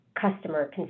customer